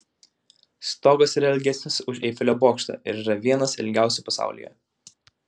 stogas yra ilgesnis už eifelio bokštą ir yra vienas ilgiausių pasaulyje